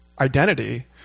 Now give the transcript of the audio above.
identity